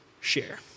share